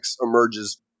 emerges